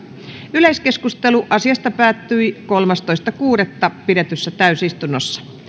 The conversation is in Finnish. yleiskeskustelu asiasta päättyi kolmastoista kuudetta kaksituhattakahdeksantoista pidetyssä täysistunnossa